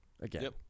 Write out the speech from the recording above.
Again